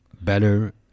better